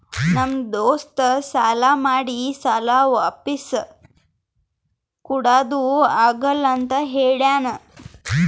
ನಮ್ ದೋಸ್ತ ಸಾಲಾ ಮಾಡಿ ಸಾಲಾ ವಾಪಿಸ್ ಕುಡಾದು ಆಗಲ್ಲ ಅಂತ ಹೇಳ್ಯಾನ್